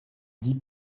dit